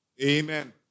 Amen